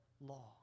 law